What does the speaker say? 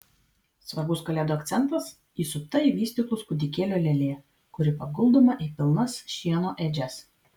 svarbus kalėdų akcentas įsupta į vystyklus kūdikėlio lėlė kuri paguldoma į pilnas šieno ėdžias